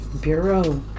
Bureau